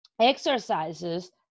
exercises